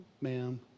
ma'am